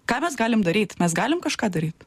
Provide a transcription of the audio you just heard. ką mes galim daryt mes galim kažką daryt